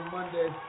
Monday